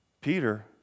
Peter